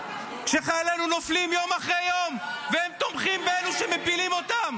כשחיילינו נופלים יום אחרי יום והם תומכים באלו שמפילים אותם?